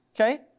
okay